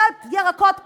סל ירקות בסיסי.